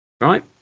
Right